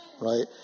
right